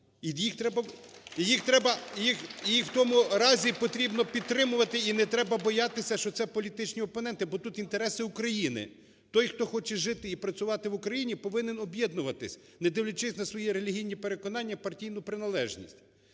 і в тому разі їх потрібно підтримувати. (Оплески) І не треба боятися, що це політичні опоненти, бо тут інтереси України. Той, хто хоче жити і працювати в Україні, повинен об'єднуватись, не дивлячись на свої релігійні переконання, партійну приналежність.